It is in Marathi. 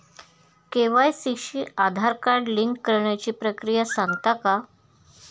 के.वाय.सी शी आधार कार्ड लिंक करण्याची प्रक्रिया सांगता का?